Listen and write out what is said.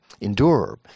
endure